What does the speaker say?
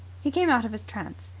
he came out of his trance.